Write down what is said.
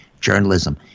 journalism